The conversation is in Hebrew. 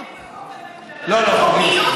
לא, לא,